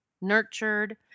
nurtured